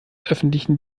öffentlichen